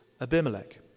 Abimelech